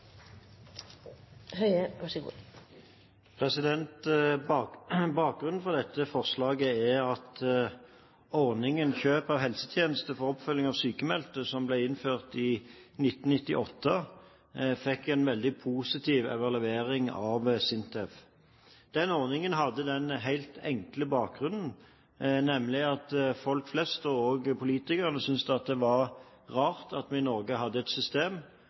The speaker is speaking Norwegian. er at ordningen Kjøp av helsetjenester for oppfølging av sykmeldte som ble innført i 1998, fikk en veldig positiv evaluering av SINTEF. Den ordningen hadde den helt enkle bakgrunn at folk flest og også politikerne syntes at det var rart at vi i Norge hadde et system